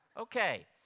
Okay